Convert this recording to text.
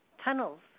tunnels